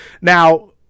Now